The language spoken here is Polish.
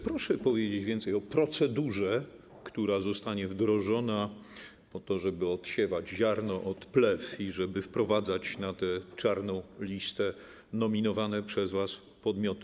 Proszę powiedzieć więcej o procedurze, która zostanie wdrożona po to, żeby oddzielać ziarno od plew i żeby wprowadzać na tę czarną listę nominowane przez was podmioty.